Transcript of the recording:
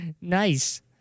Nice